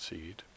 Seed